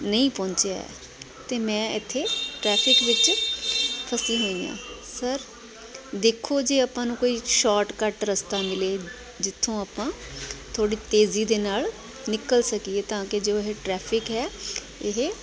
ਨਹੀਂ ਪਹੁੰਚਿਆ ਹੈ ਅਤੇ ਮੈਂ ਇੱਥੇ ਟਰੈਫਿਕ ਵਿੱਚ ਫਸੀ ਹੋਈ ਹਾਂ ਸਰ ਦੇਖੋ ਜੇ ਆਪਾਂ ਨੂੰ ਕੋਈ ਸ਼ੋਟਕੱਟ ਰਸਤਾ ਮਿਲੇ ਜਿੱਥੋਂ ਆਪਾਂ ਥੋੜ੍ਹੀ ਤੇਜ਼ੀ ਦੇ ਨਾਲ ਨਿਕਲ ਸਕੀਏ ਤਾਂ ਕਿ ਜੋ ਇਹ ਟਰੈਫਿਕ ਹੈ ਇਹ